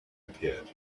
appeared